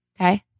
Okay